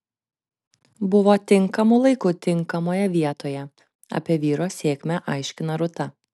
buvo tinkamu laiku tinkamoje vietoje apie vyro sėkmę aiškina rūta